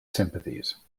sympathies